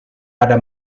pada